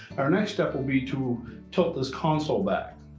our next step will be to tilt this console back.